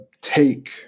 take